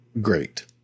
great